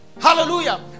hallelujah